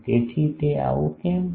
તેથી તે આવું કેમ છે